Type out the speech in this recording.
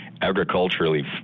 agriculturally